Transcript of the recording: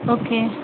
okay